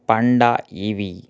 panda E V